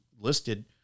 listed